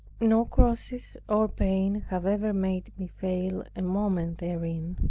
no crosses or pains have ever made me fail a moment therein.